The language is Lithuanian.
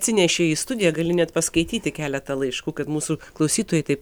atsinešei į studiją gali net paskaityti keletą laiškų kad mūsų klausytojai taip